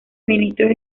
ministros